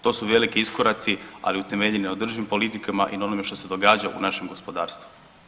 To su veliki iskoraci, ali utemeljeni na održivim politikama i na onome što se događa u našem gospodarstvu.